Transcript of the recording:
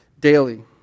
daily